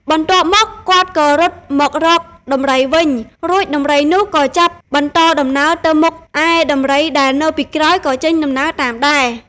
បន្ទាប់មក គាត់ក៏រត់មករកដំរីវិញ រួចដំរីនោះក៏ចាប់បន្តដំណើរទៅមុខ ឯដំរីដែលនៅពីក្រោយ ក៏ចេញ ដំណើរតាមដែរ ។